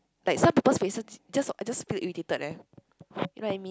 like some people's faces just I just feel irritated eh you know what I mean